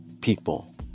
people